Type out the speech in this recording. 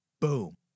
boom